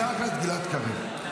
--- חבר הכנסת גלעד קריב.